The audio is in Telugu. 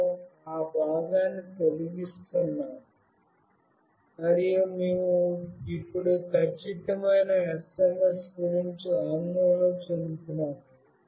మేము ఆ భాగాన్ని తొలగిస్తున్నాము మరియు మేము ఇప్పుడు ఖచ్చితమైన SMS గురించి ఆందోళన చెందుతున్నాము